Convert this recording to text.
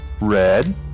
Red